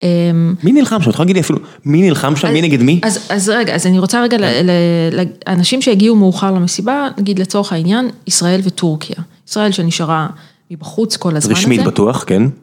מי נלחם שם? אתה יכולה להגיד לי אפילו מי נלחם שם, מי נגד מי? אז רגע, אז אני רוצה רגע אנשים שהגיעו מאוחר למסיבה, נגיד לצורך העניין, ישראל וטורקיה. ישראל שנשארה מבחוץ כל הזמן הזה. רשמית בטוח, כן.